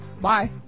Bye